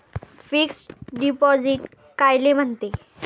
Fix deposit कायले म्हनते?